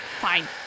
Fine